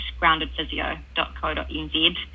groundedphysio.co.nz